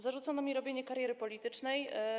Zarzucono mi robienie kariery politycznej.